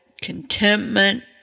contentment